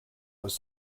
was